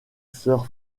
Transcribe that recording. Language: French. sir